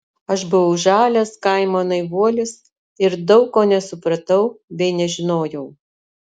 aš buvau žalias kaimo naivuolis ir daug ko nesupratau bei nežinojau